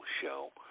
show